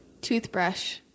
Toothbrush